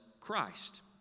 Christ